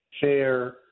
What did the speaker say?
fair